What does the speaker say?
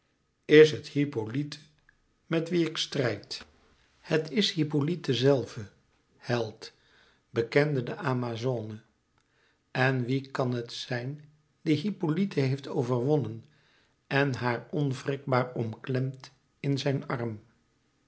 is het hippolyte met wie ik strijd het is hippolyte zelve held bekende de amazone en wie kan het zijn die hippolyte heeft overwonnen en haar onwrikbaar omklemt in zijn arm